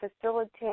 facilitate